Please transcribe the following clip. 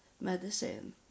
medicine